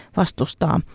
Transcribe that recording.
vastustaa